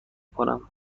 کنم